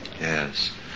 Yes